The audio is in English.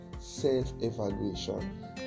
self-evaluation